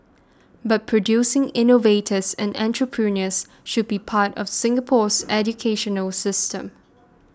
but producing innovators and entrepreneurs should be part of Singapore's educational system